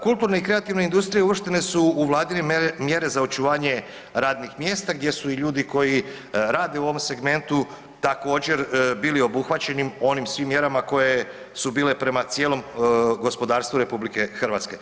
Kulturne i kreativne industrije uvrštene su u vladine mjere za očuvanje radnih mjesta gdje su i ljudi koji rade u ovom segmentu također bili obuhvaćeni onim svim mjerama koje su bile prema cijelom gospodarstvu RH.